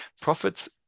Profits